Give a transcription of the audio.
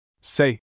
Say